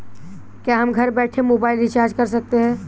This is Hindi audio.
क्या हम घर बैठे मोबाइल रिचार्ज कर सकते हैं?